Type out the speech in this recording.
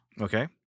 Okay